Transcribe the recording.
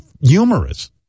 humorous